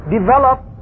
develop